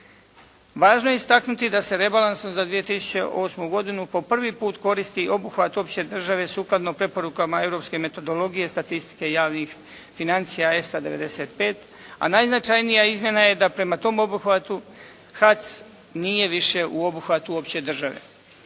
Važno je istaknuti da se rebalansom za 2008. godinu po prvi put koristi obuhvat opće države sukladno preporukama europske metodologije, statistike javnih financija ESA 95, a najznačajnija izmjena je da prema tom obuhvatu HAC nije više u obuhvatu uopće države.